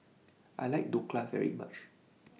I like Dhokla very much